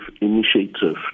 initiative